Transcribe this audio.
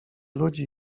ludzi